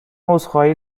عذرخواهی